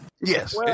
Yes